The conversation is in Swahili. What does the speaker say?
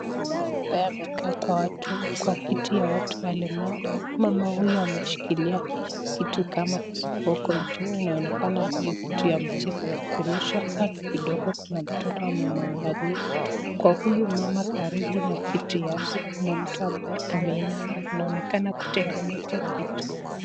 Mama ambaye amekaa kwa kiti ya watu walemavu, mama huyu ameshikilia kitu kama kiboko juu, inaokana hio kitu ni ya michezo ya kurusha kando kidogo kuna mtoto ambaye amemwamnaglia kwa huyu mama karibu kwa kitu yake kunamtu ambaye ameinama anaoekana kutengeneza kitu.